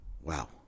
Wow